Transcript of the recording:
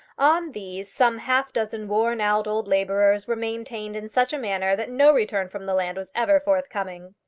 on these some half-dozen worn-out old labourers were maintained in such a manner that no return from the land was ever forthcoming.